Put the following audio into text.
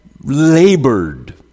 labored